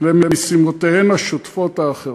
למשימות שוטפות" אחרות.